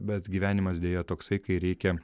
bet gyvenimas deja toksai kai reikia